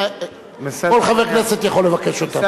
כל חבר כנסת יכול לבקש אותם.